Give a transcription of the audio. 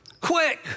quick